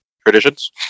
traditions